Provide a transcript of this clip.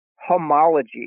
homology